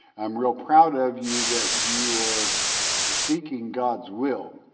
i'm real proud of you that you are seeking god's will,